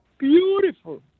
beautiful